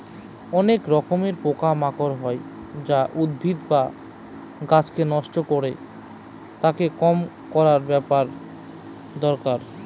অনেক রকমের পোকা মাকড় হয় যা উদ্ভিদ বা গাছকে নষ্ট করে, তাকে কম করার ব্যাপার দরকার